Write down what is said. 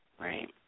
right